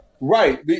Right